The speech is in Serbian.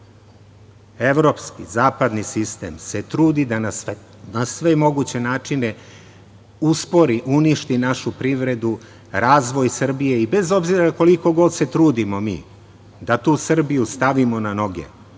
evropski, zapadni sistem se trudi da na sve moguće načine uspori, uništi našu privredu, razvoj Srbije i bez obzira koliko god se trudimo mi da tu Srbiju stavimo na noge,